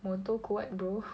motor kuat bro